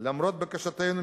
למרות בקשותינו,